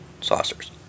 saucers